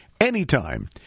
anytime